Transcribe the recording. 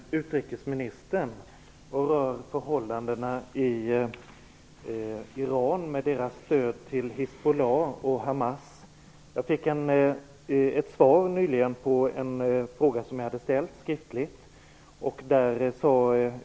Fru talman! Min fråga till utrikesministern rör förhållandena i Iran och deras stöd till Hizbollah och Jag fick nyligen svar på en skriftlig fråga.